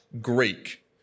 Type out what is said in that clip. Greek